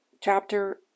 chapter